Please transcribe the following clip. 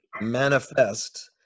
manifest